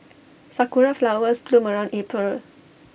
Sakura Flowers bloom around April